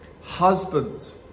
husbands